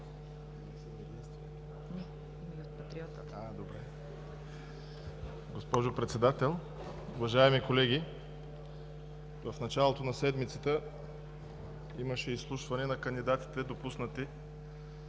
Госпожо Председател, уважаеми колеги! В началото на седмицата имаше изслушване на кандидатите, допуснати